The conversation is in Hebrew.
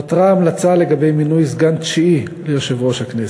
נותרה המלצה לגבי מינוי סגן תשיעי ליושב-ראש הכנסת.